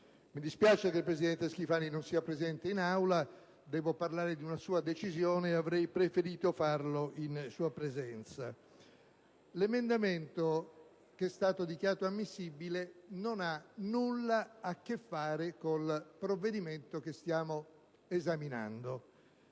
Mi dispiace che non sia presente in Aula perché, dovendo parlare di una sua decisione, avrei preferito farlo in sua presenza. L'emendamento che è stato dichiarato ammissibile non ha nulla a che vedere con il provvedimento che stiamo esaminando.